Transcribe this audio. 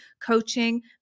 coaching